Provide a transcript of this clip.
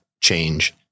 change